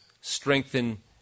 strengthen